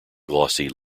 glossy